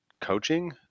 coaching